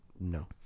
No